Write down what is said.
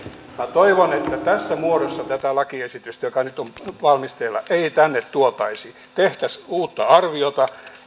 toivon että tässä muodossa tätä lakiesitystä joka nyt on valmisteilla ei tänne tuotaisi vaan tehtäisiin uutta arviota